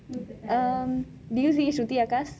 um did you see shruthi akka's